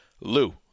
Lou